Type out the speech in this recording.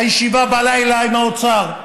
הישיבה בלילה עם האוצר,